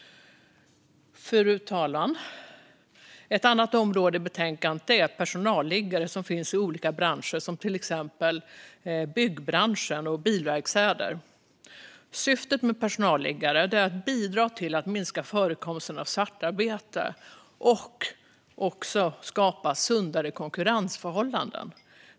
Fru talman! Ett annat område i betänkandet är personalliggare som finns i olika branscher som till exempel byggbranschen och för bilverkstäder. Syftet med personalliggare är att bidra till att minska förekomsten av svartarbete och också att skapa sundare konkurrensförhållanden.